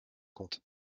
compte